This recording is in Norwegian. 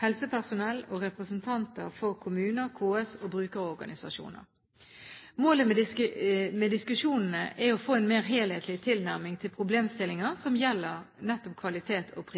helsepersonell og representanter for kommuner, KS og brukerorganisasjoner. Målet med diskusjonene er å få en mer helhetlig tilnærming til problemstillinger som gjelder nettopp